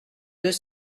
deux